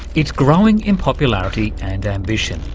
it's growing in popularity and ambition,